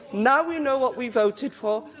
now we know what we voted for,